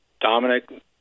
Dominic